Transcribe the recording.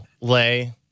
lay